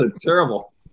terrible